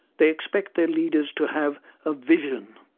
the expect their leaders to have a vision,